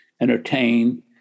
entertain